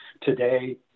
today